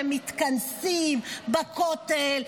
הם מתכנסים בכותל,